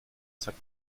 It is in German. zack